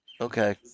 Okay